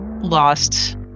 lost